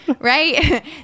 right